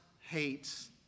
hates